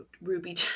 Ruby